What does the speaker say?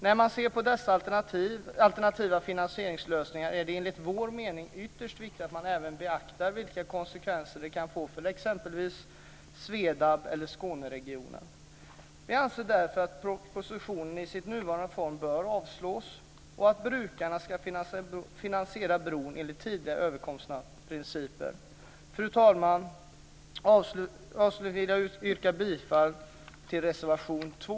När man ser på dessa alternativa finansieringslösningar är det enligt vår mening ytterst viktigt att man även beaktar vilka konsekvenser de kan få för exempelvis SVEDAB eller för Skåneregionen. Vi anser därför att propositionen i dess nuvarande form bör avslås och att brukarna ska finansiera bron enligt tidigare överenskomna principer. Fru talman! Avslutningsvis vill jag yrka bifall till reservation 2.